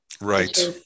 Right